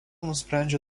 nusprendžia